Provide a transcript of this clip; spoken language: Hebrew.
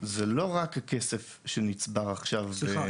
זה לא רק הכסף שנצבר עכשיו --- סליחה,